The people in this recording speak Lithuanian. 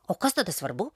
o kas tada svarbu